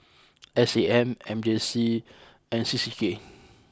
S A M M J C and C C K